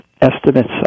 estimates